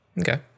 okay